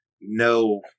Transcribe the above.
no